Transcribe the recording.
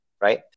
right